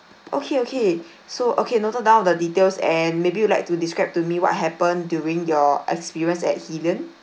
okay okay so okay noted down of the details and maybe you'd like to describe to me what happened during your experience at hillion